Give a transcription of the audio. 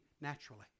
naturally